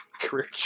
career